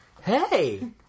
Hey